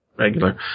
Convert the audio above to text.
regular